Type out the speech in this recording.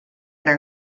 gra